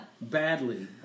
Badly